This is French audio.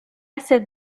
cette